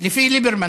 לפי ליברמן.